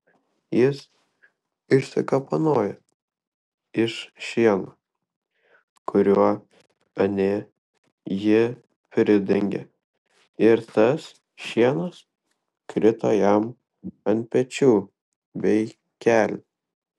jis išsikapanojo iš šieno kuriuo anė jį pridengė ir tas šienas krito jam ant pečių bei kelių